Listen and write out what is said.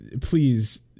Please